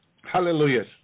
Hallelujah